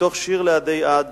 מתוך "שיר לעֲדֵי עַד"